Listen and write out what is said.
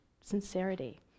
sincerity